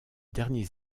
derniers